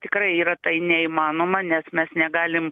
tikrai yra tai neįmanoma nes mes negalim